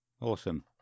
Awesome